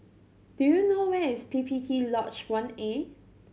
do you know where is P P T Lodge One A